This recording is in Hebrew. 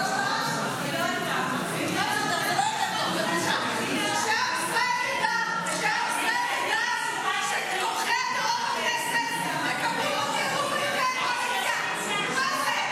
--- בושה --- שעם ישראל ידע שתומכי טרור בכנסת מקבלים --- מה זה?